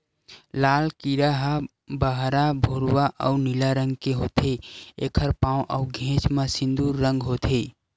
लाल कीरा ह बहरा भूरवा अउ नीला रंग के होथे, एखर पांव अउ घेंच म सिंदूर रंग होथे